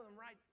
right